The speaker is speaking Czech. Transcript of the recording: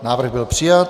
Návrh byl přijat.